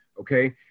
okay